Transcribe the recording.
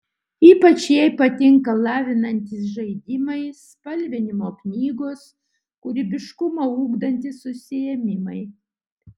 ypač jai patinka lavinantys žaidimai spalvinimo knygos kūrybiškumą ugdantys užsiėmimai